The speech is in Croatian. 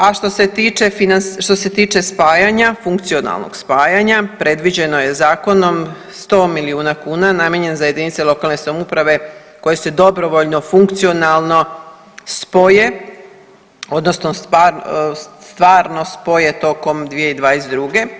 A što se tiče spajanja, funkcionalnog spajanja predviđeno je zakonom 100 miliona kuna namijenjenih za jedinice lokalne samouprave koje se dobrovoljno, funkcionalno spoje odnosno stvarno spoje tokom 2022.